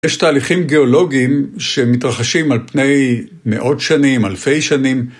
יש תהליכים גאולוגיים שמתרחשים על פני מאות שנים, אלפי שנים.